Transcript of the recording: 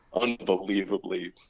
unbelievably